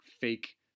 fake